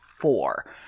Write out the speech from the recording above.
four